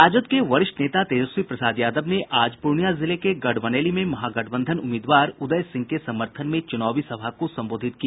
राजद के वरिष्ठ नेता तेजस्वी प्रसाद यादव ने आज पूर्णियां जिले के गढ़बनैली में महागठबंधन उम्मीदवार उदय सिंह के समर्थन में चुनावी सभा को संबोधित किया